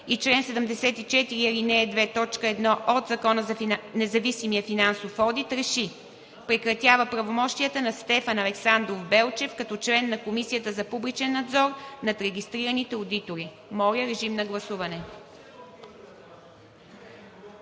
и чл. 74, ал. 2, т. 1 от Закона за независимия финансов одит РЕШИ: Прекратява правомощията на Стефан Александров Белчев като член на Комисията за публичен надзор над регистрираните одитори.“ Моля, режим на гласуване.